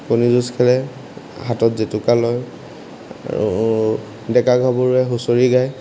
কণী যুঁজ খেলে হাতত জেতুকা লয় আৰু ডেকা গাভৰুৱে হুঁচৰি গায়